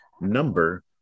number